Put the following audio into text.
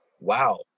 wow